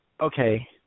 okay